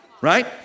right